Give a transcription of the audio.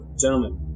gentlemen